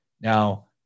now